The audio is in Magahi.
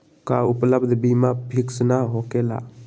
का उपलब्ध बीमा फिक्स न होकेला?